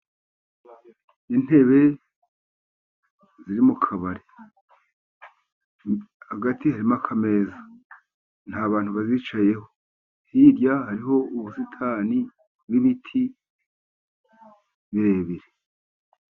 Intebe ziri mu kabari, hagati harimo akameza nta bantu bazicayeho, hirya hariho ubusitani bw'ibiti birebire.